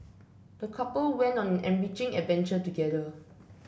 the couple went on an enriching adventure together